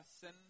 sin